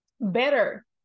better